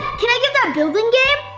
can i get that building game?